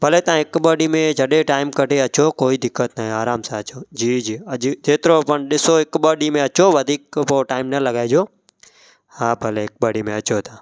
भले तव्हां हिक ॿ ॾींहं में जॾहिं टाइम कढे अचो कोई दिक़त न आहे आराम सां अचो जी जी अॼु जेतिरो पाण ॾिसो हिकु ॿ ॾींहं में अचो वधीक टाइम पोइ न लॻाइजो हा भले हिकु ॿ ॾींहं में अचो तव्हां